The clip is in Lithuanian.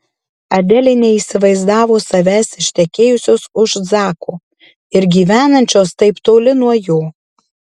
adelė neįsivaizdavo savęs ištekėjusios už zako ir gyvenančios taip toli nuo jo